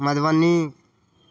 Madhubani